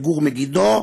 וגור מגידו,